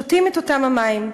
שותים את אותם המים,